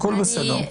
הכל בסדר.